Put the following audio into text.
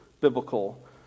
biblical